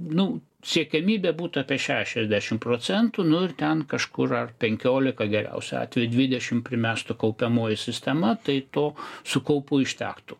nu siekiamybė būtų apie šešiasdešimt procentų nu ir ten kažkur ar penkiolika geriausiu atveju dvidešimt primestu kaupiamoji sistema tai to su kaupu užtektų